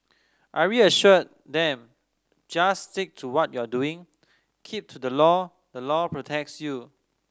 I real assured them just stick to what you are doing keep to the law the law protects you